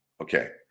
Okay